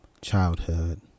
childhood